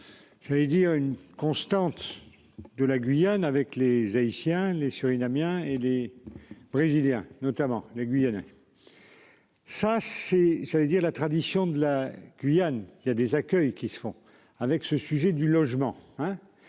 J'allais dire une constante. De la Guyane avec les Haïtiens les sur une Amiens et les. Brésiliens notamment le. Ça c'est ça allais dire la tradition de la Guyane, il y a des accueils qui se font avec ce sujet du logement